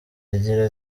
agira